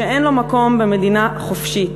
שאין לו מקום במדינה חופשית.